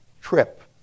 trip